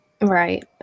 right